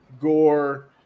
gore